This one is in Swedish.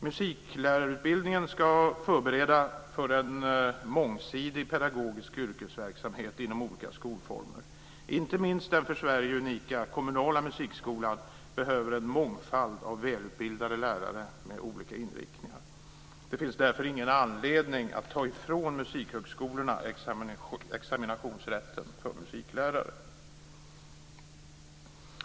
Musiklärarutbildningen ska förbereda för en mångsidig pedagogisk yrkesverksamhet inom olika skolformer. Inte minst den för Sverige unika kommunala musikskolan behöver en mångfald av välutbildade lärare med olika inriktningar. Det finns därför ingen anledning att ta ifrån musikhögskolorna examinationsrätten för musiklärare.